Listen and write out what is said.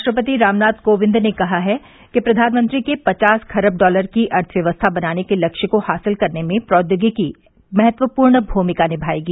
राष्ट्रपति रामनाथ कोविंद ने कहा है कि प्रधानमंत्री के पचास खरब डॉलर की अर्थव्यवस्था बनाने के लक्ष्य को हासिल करने में प्रौद्योगिकी महत्वपूर्ण भूमिका निभाएगी